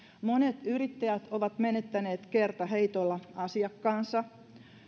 monet yrittäjät ovat menettäneet kertaheitolla asiakkaansa